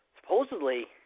supposedly